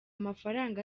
mafaranga